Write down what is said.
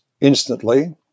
instantly